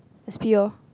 S_P orh